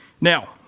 Now